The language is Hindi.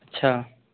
अच्छा